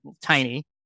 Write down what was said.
tiny